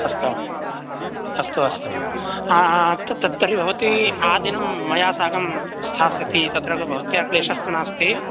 अस्तु अस्तु अस्तु तत् तर्हि भवती आदिनं मया साकं स्थास्यति तत्रापि भवत्याः क्लेशस्तु नास्ति